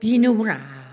बिनोब्रा